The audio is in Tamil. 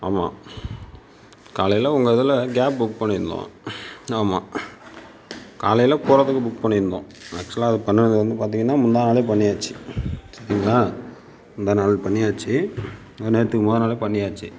ஆமாம் காலையில உங்க இதில் கேப் புக் பண்ணி இருந்தோம் ஆமாம் காலையில போகறதுக்கு புக் பண்ணி இருந்தோம் ஆக்சுவலாக அது பண்ணுனது வந்து பார்த்திங்கன்னா முந்தாநாளே பண்ணியாச்சு சரிங்களா முந்தாநாள் பண்ணியாச்சு நேற்றுக்கு முத நாளே பண்ணியாச்சு